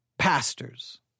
pastors